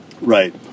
Right